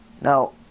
Now